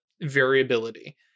variability